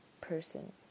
person